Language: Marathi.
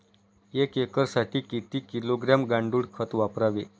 एक एकरसाठी किती किलोग्रॅम गांडूळ खत वापरावे?